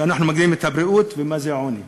שאנחנו מגדירים את הבריאות ומה זה עוני.